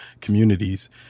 communities